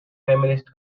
feminist